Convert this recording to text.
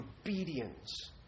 obedience